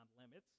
limits